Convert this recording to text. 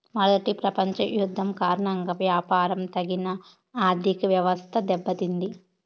మొదటి ప్రపంచ యుద్ధం కారణంగా వ్యాపారం తగిన ఆర్థికవ్యవస్థ దెబ్బతింది